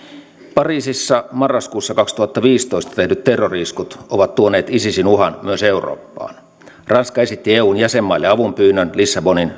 pariisissa marraskuussa kaksituhattaviisitoista tehdyt terrori iskut ovat tuoneet isisin uhan myös eurooppaan ranska esitti eun jäsenmaille avunpyynnön lissabonin